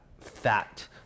fat